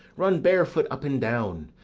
run barefoot up and down,